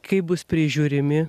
kaip bus prižiūrimi